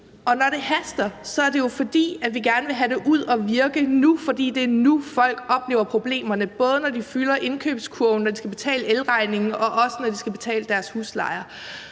når det haster, er det, fordi vi gerne vil have det ud og virke nu, fordi det er nu, folk oplever problemerne, både når de fylder indkøbskurven, når de skal betale elregningen og også, når